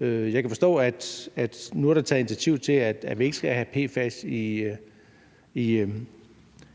Jeg kan forstå, at nu er der taget initiativ til, at vi ikke skal have PFAS